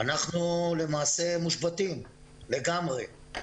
למעשה מושבתים לגמרי.